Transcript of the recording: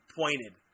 pointed